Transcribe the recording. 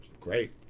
great